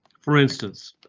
for instance,